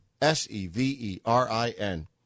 S-E-V-E-R-I-N